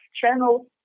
channels